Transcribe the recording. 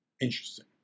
Interesting